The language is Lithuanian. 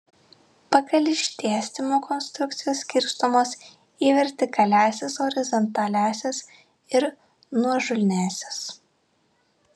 pagal išdėstymą konstrukcijos skirstomos į vertikaliąsias horizontaliąsias ir nuožulniąsias